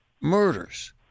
murders